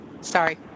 Sorry